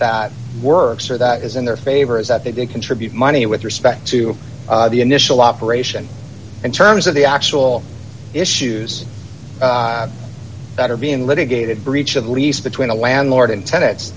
that works or that is in their favor is that they didn't contribute money with respect to the initial operation in terms of the actual issues that are being litigated breach of lease between the landlord and ten